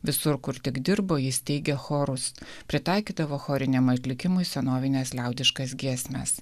visur kur tik dirbo jis steigė chorus pritaikydavo choriniam atlikimui senovines liaudiškas giesmes